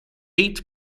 eight